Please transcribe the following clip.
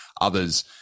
others